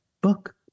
book